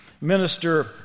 minister